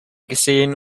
gesehen